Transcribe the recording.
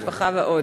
משפחה ועוד.